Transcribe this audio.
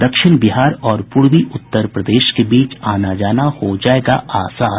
दक्षिण बिहार और पूर्वी उत्तर प्रदेश के बीच आना जाना हो जायेगा आसान